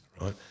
right